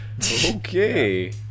Okay